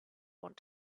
want